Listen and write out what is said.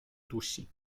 dusi